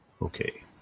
Okay